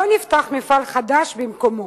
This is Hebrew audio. לא נפתח מפעל חדש במקומו,